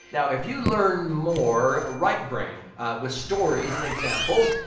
now, if you learn more right brain with stories and examples,